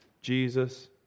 Jesus